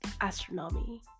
astronomy